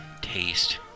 taste